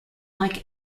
like